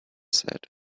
said